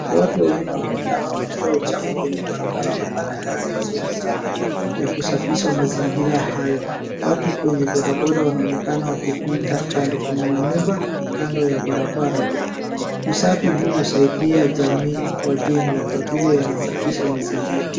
Watu wawili wanaonekana wakitoa uchafu kwenye barabara, wanafanya kazi mzuri sana ya kusafisha mazingira hayo. Watu kwenye bodaboda wanaonekana wakipita kando kuna manyumba, kando ya barabara. Usafi huu husaidia jamii kwa jumla kwa vile yanasafisha mazingira.